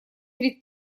три